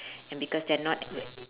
and because they're not